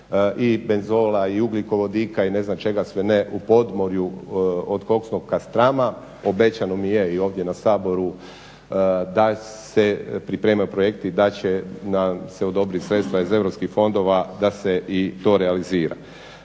i benzola i ugljikovodika i ne znam čega sve ne u podmorju od koksnog …, obećano mi je i ovdje na Saboru da se pripremaju projekti i da će nam se odobrit sredstva iz europskih fondova da se i to realizira.